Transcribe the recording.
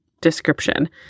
description